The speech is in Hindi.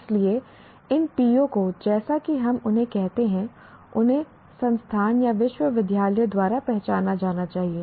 इसलिए इन PO को जैसा कि हम उन्हें कहते हैं उन्हें संस्थान या विश्वविद्यालय द्वारा पहचाना जाना चाहिए